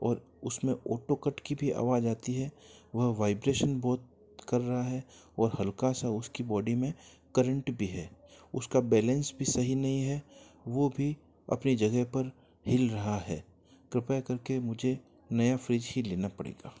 और उसमें auto cut की भी आवाज़ आती है वह वाइब्रेशन बहुत कर रहा है और हल्का सा उसकी बॉडी में करंट भी है उसका बैलेंस भी सही नहीं है वह भी अपने जगह पर हिल रहा है कृपया करके मुझे नया फ्रिज ही लेना पड़ेगा